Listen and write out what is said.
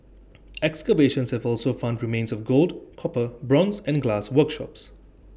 excavations have also found remains of gold copper bronze and glass workshops